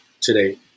today